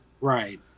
Right